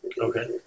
Okay